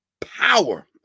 power